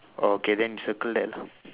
orh okay then you circle that lah